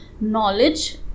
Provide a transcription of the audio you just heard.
knowledge